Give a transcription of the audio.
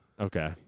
Okay